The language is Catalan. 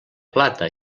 plata